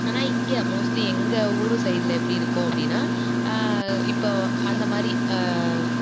ஆனால் இங்கே மோஸ்ட்லி எங்கள் ஊர் சைடில் எப்படி இருக்கும் அப்படின்னா இப்போ அந்தமாதிரி